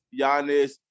Giannis